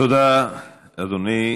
תודה, אדוני.